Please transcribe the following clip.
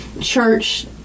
church